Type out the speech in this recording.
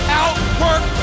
outwork